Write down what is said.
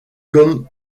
comme